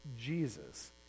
jesus